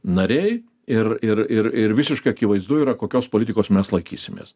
nariai ir ir ir ir visiškai akivaizdu yra kokios politikos mes laikysimės